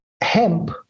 hemp